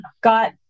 got